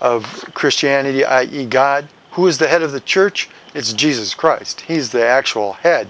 of christianity god who is the head of the church it's jesus christ he's the actual head